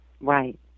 Right